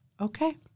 Okay